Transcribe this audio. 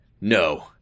No